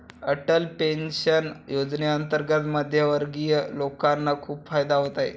Atal pension योजनेअंतर्गत मध्यमवर्गीय लोकांना खूप फायदा होत आहे